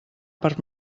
per